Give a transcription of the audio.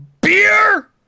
Beer